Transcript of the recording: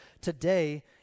Today